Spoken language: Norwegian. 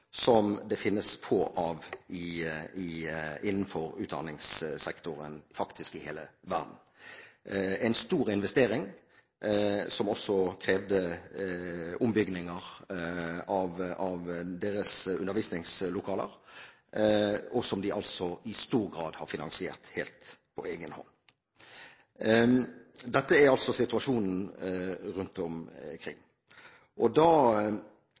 som det finnes få av innenfor utdanningssektoren faktisk i hele verden – en stor investering, som også krevde ombygginger av deres undervisningslokaler, og som de altså i stor grad har finansiert helt på egen hånd. Dette er altså situasjonen rundt omkring. Da